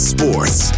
Sports